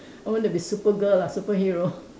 I want to be super girl lah superhero